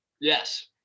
Yes